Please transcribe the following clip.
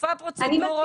מוסיפה פרוצדורות